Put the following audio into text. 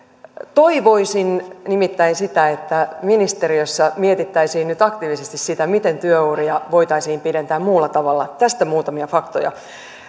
toivoisin että ministeriössä mietittäisiin nyt aktiivisesti miten työuria voitaisiin pidentää muulla tavalla tästä muutamia faktoja